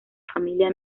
familia